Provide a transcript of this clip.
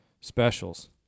Specials